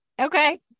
okay